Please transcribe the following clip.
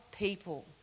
people